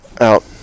out